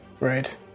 Right